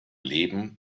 leben